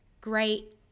great